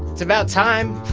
it's about time,